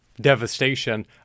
devastation